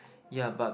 ya but